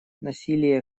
насилие